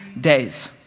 days